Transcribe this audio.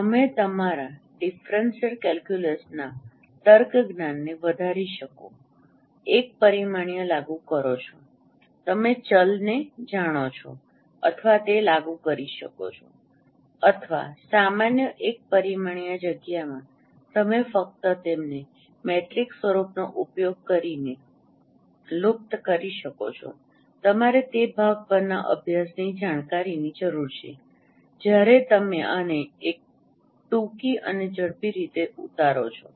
તમે તમારા differential calculus ના તર્ક જ્ઞાનને વધારી શકો એક પરિમાણીય લાગુ કરો છો તમે ચલને જાણો છો અથવા તે લાગુ કરી શકો છો અથવા સામાન્ય એક પરિમાણીય જગ્યામાં તમે ફક્ત તેમને મેટ્રિક્સ સ્વરૂપનો ઉપયોગ કરીને લુપ્ત કરી શકો છો તમારે તે ભાગ પરના અભ્યાસની જાણકારીની જરૂર છે જ્યારે તમે આને ખૂબ ટૂંકી અને ઝડપી રીતે ઉતારો છો